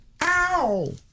Ow